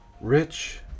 Rich